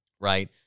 Right